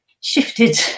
shifted